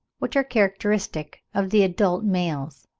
which are characteristic of the adult males.